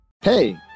Hey